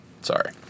sorry